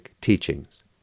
teachings